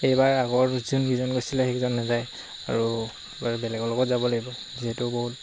এইবাৰ আগৰ যোনকেইজন গৈছিলে সেইজন নাযায় আৰু এইবাৰ বেলেগৰ লগত যাব লাগিব যিহেতু বহুত